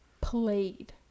played